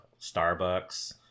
Starbucks